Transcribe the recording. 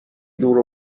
دور